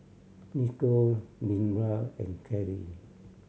Nikko Deandra and Kaley